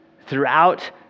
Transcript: throughout